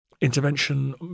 intervention